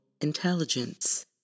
intelligence